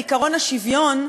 בעקרון השוויון,